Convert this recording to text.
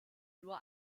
nur